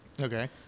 Okay